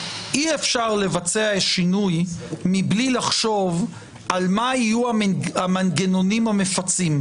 אי-אפשר לבצע שינוי מבלי לחשוב על מה יהיו המנגנונים המפצים.